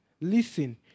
Listen